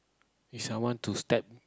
is I want to step